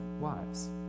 wives